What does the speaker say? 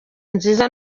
nziza